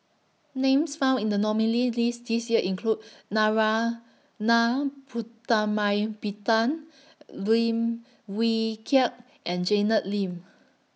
Names found in The nominees' list This Year include Narana Putumaippittan Lim Wee Kiak and Janet Lim